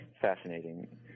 fascinating